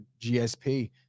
GSP